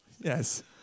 Yes